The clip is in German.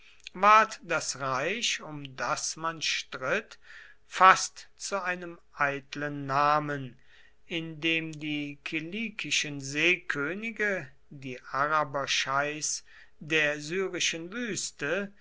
das reich um das man stritt fast zu einem eitlen namen in dem die kilikischen seekönige die araberscheichs der syrischen wüste